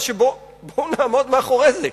אז בואו נעמוד מאחורי זה,